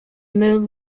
moon